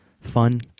Fun